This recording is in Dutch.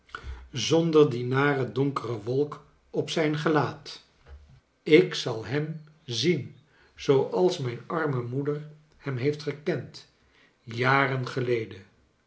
zonder die nare donkere wolk op zijn gelaat ik zal hem zien zooals mijn arme moeder hem heeft gekend jaren geleden